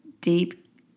deep